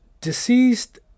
Deceased